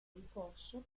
ricorso